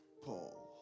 Paul